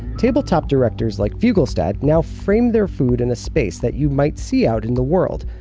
tabletop directors like fugelstad now frame their food in a space that you might see out in the world,